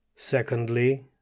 secondly